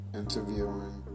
interviewing